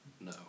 No